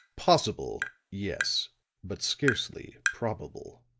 possible yes but scarcely probable.